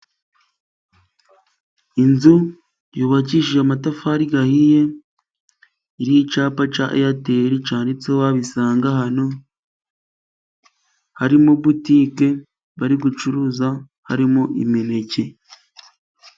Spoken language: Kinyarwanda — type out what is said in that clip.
Inzu yubakishije amatafari ahiye, iriho icyapa cya airtel cyanditseho "Wabisanga hano", harimo butike bari gucuruza, harimo imineke.